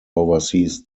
oversees